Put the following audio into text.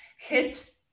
hit